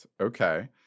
okay